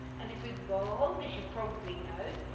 and a good bow hold, as you probably know,